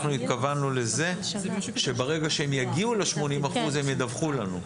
אנחנו התכוונו לזה שברגע שהם יגיעו ל-80% הם ידווחו לנו.